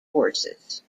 forces